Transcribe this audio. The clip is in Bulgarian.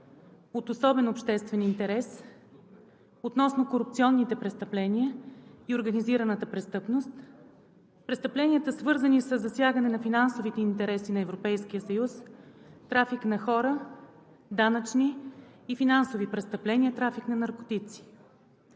от особен обществен интерес относно корупционните престъпления и организираната престъпност, престъпленията, свързани със засягане на финансовите интереси на Европейския съюз, трафика на хора, данъчни и финансови престъпления, трафика на наркотици.